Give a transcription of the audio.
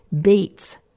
Beets